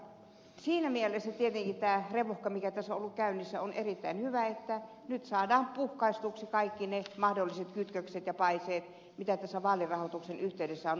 mutta siinä mielessä tietenkin tämä revohka mikä tässä on ollut käynnissä on erittäin hyvä että nyt saadaan puhkaistuksi kaikki ne mahdolliset kytkökset ja paiseet mitä tässä vaalirahoituksen yhteydessä on ollut